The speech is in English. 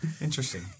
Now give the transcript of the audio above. Interesting